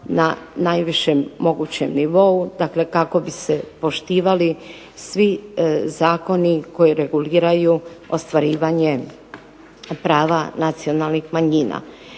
na najvišem mogućem nivou, dakle kako bi se poštivali svi zakoni koji reguliraju ostvarivanje prava nacionalnih manjina.